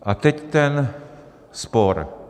A teď ten spor.